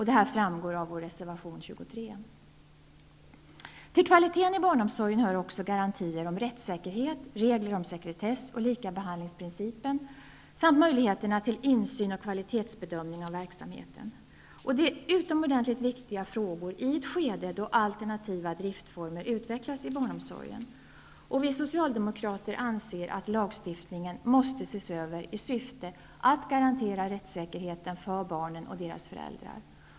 Det här framgår av reservation 23 från oss. Till kvaliteten i barnomsorgen hör också garantier om rättssäkerhet, regler om sekretess och likabehandlingsprincipen samt möjligheterna till insyn och kvalitetsbedömning av verksamheten. Det här är utomordentligt viktiga frågor i ett skede där alternativa driftsformer utvecklas inom barnomsorgen. Vi socialdemokrater anser att lagstiftningen måste ses över i syfte att garantera rättssäkerheten för barn och deras föräldrar.